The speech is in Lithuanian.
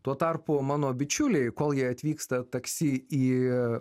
tuo tarpu mano bičiuliai kol jie atvyksta taksi į